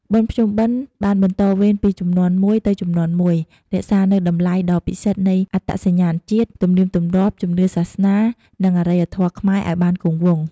បុណ្យភ្ជុំបិណ្ឌបានបន្តវេនពីជំនាន់មួយទៅជំនាន់មួយ រក្សានូវតម្លៃដ៏ពិសិដ្ឋនៃអត្តសញ្ញាណជាតិ ទំនៀមទម្លាប់ ជំនឿសាសនា និងអរិយធម៌ខ្មែរឲ្យបានគង់វង្ស។